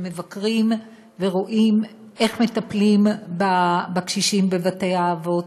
שמבקרים ורואים איך מטפלים בקשישים בבתי-האבות?